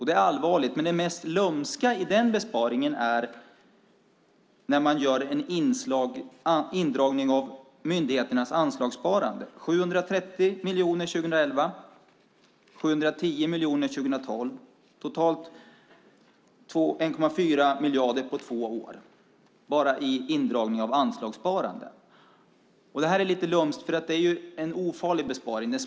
Det är allvarligt, men det mest lömska i denna besparing är att man gör en indragning av myndigheternas anslagssparande. Det är 730 miljoner 2011 och 710 miljoner 2012. Totalt är det 1,4 miljarder på två år, bara i indragning av anslagssparande. Detta är lite lömskt, för det är en ofarlig besparing.